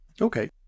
okay